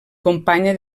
companya